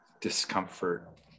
discomfort